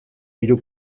hiru